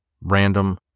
random